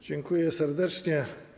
Dziękuję serdecznie.